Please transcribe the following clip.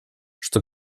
что